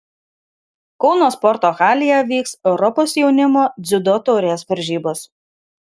kauno sporto halėje vyks europos jaunimo dziudo taurės varžybos